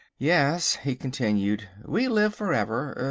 yes, he continued, we live for ever,